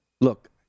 Look